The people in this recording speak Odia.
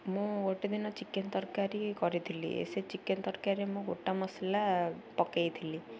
ମୁଁ ଗୋଟେ ଦିନ ଚିକେନ୍ ତରକାରୀ କରିଥିଲି ସେ ଚିକେନ୍ ତରକାରୀରେ ମୁଁ ଗୋଟା ମସଲା ପକେଇଥିଲି